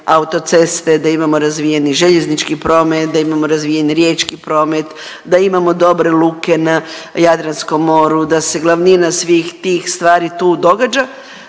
autoceste, da imamo razvijeni željeznički promet, da imamo razvijen riječki promet, da imamo dobre luke na Jadranskom moru, da se glavnina svih tih stvari tu događa.